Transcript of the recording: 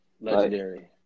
Legendary